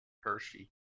Hershey